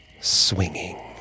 swinging